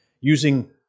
using